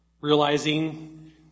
realizing